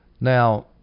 Now